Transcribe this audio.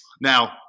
Now